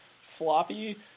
floppy